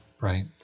Right